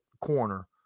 corner